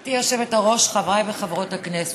גברתי היושבת-ראש, חברי וחברות הכנסת,